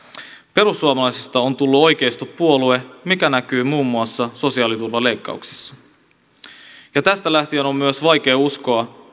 perussuomalaisista on tullut oikeistopuolue mikä näkyy muun muassa sosiaaliturvan leikkauksissa tästä lähtien on myös vaikea uskoa